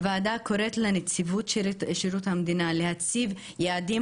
הוועדה קוראת לנציבות שירות המדינה להציב יעדים